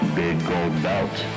biggoldbelt